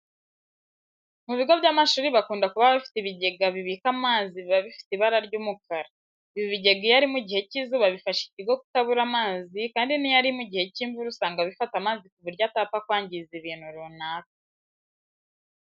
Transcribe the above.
Mu bigo by'amashuri bakunda kuba bafite ibigega bibika amazi biba bifite ibara ry'umukara. Ibi bigega iyo ari mu gihe cy'izuba bifasha ikigo kutabura amazi kandi n'iyo ari mu gihe cy'imvura usanga bifata amazi ku buryo atapfa kwangiza ibintu runaka.